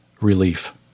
relief